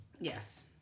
Yes